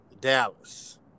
Dallas